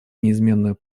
неизменную